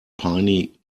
piny